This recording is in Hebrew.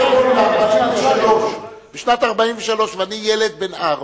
אורון, בשנת 1943, ואני ילד בן ארבע,